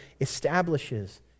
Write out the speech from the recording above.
establishes